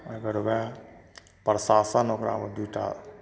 अगर वएह प्रशासन ओकरा ओतबी टा